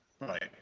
right